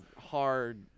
hard